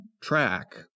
track